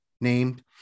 named